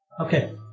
Okay